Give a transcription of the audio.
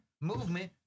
movement